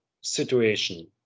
situation